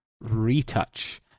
retouch